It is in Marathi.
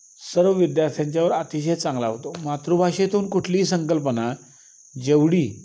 सर्व विद्यार्थ्यांच्यावर अतिशय चांगला होतो मातृभाषेतून कुठलीही संकल्पना जेवढी